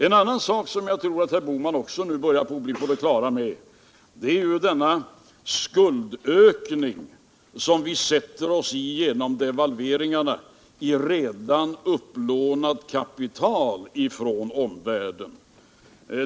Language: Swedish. En annan sak som jag tror att herr Bohman också börjar bli på det klara med är den skuldökning som vi genom devalveringarna har försatt oss i när det gäller från omvärlden upplånat kapital.